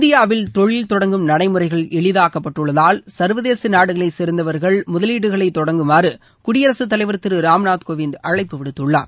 இந்தியாவில் தொழில் தொடங்கும் நடைமுறைகள் எளிதாக்கப்பட்டுள்ளதால் சர்வதேச நாடுகளைச் சேர்ந்தவர்கள் முதலீடுகளை தொடங்குமாறு குடியரசுத்தலைவர் திரு ராம்நாத் கோவிந்த் அழைப்பு விடுத்துள்ளார்